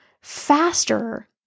faster